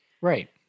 Right